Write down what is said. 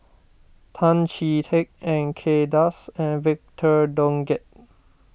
Tan Chee Teck Kay Das and Victor Doggett